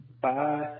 Bye